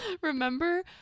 Remember